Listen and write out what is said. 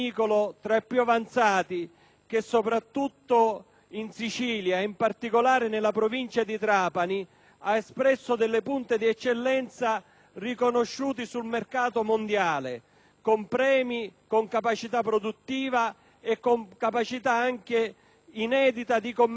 che in Sicilia, e in particolare nella Provincia di Trapani, ha espresso delle punte di eccellenza riconosciute sul mercato mondiale con premi, capacità produttive ed inedite capacità di commercializzazione del prodotto.